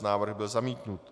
Návrh byl zamítnut.